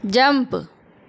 jump